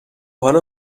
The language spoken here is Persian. حالا